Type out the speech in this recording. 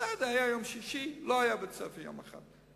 בסדר, היה יום שישי, לא היה בית-ספר יום אחד.